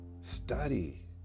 Study